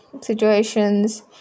situations